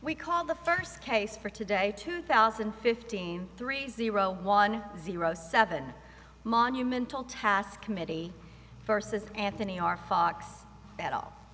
we called the first case for today two thousand and fifteen three zero one zero seven monumental task committee versus anthony r fox at